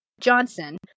Johnson